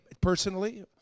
personally